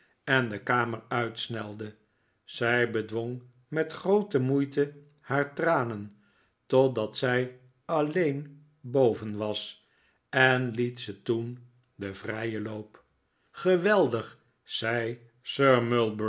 en de kamer uitsnelde zij bedwong met grobte moeite haar tranen totdat zij alleen boven was en liet ze toen den vrijen loop geweldig zei